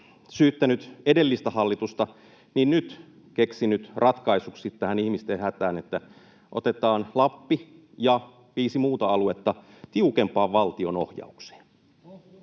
syyttänyt edellistä hallitusta myös keksinyt nyt ratkaisuksi tähän ihmisten hätään, että otetaan Lappi ja viisi muuta aluetta tiukempaan valtion ohjaukseen.